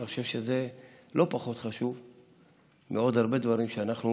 אני חושב שזה לא פחות חשוב מעוד הרבה דברים שאנחנו